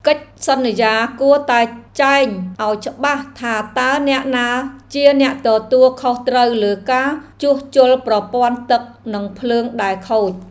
កិច្ចសន្យាគួរតែចែងឱ្យច្បាស់ថាតើអ្នកណាជាអ្នកទទួលខុសត្រូវលើការជួសជុលប្រព័ន្ធទឹកនិងភ្លើងដែលខូច។